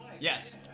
Yes